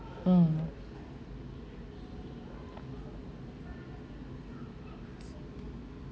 mm